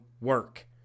work